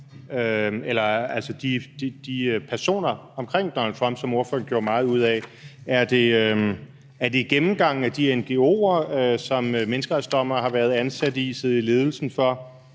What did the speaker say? altså fra de personer omkring Donald Trump, som ordføreren gjorde meget ud af. Er det i gennemgangen af de ngo'er, som menneskeretsdommere har været ansat i og siddet i ledelsen for,